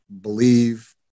believe